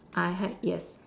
I had yes